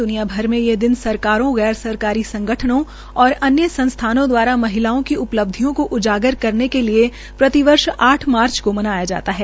द्रनिया भर में ये दिन सरकारों गैर सरकारी संगठनों और अन्य संस्थानों दवारा महिलाओं की उपलब्धियों को उजाकर करने के लिये प्रतिवर्ष आठ मार्च को मनाया जाता है